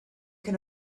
can